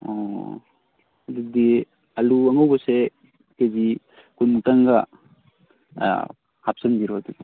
ꯑꯣ ꯑꯗꯨꯗꯤ ꯑꯥꯜꯂꯨ ꯑꯉꯧꯕꯁꯦ ꯀꯦ ꯖꯤ ꯀꯨꯟꯃꯨꯛꯇꯪꯒ ꯍꯥꯞꯆꯤꯟꯕꯤꯔꯣ ꯑꯗꯨꯗꯤ